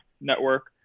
network